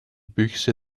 büchse